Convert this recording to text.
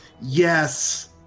Yes